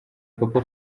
papa